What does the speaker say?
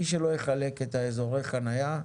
מי שלא יחלק את אזורי החניה,